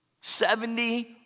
Seventy